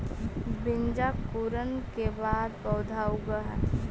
बीजांकुरण के बाद पौधा उगऽ हइ